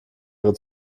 ihre